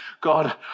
God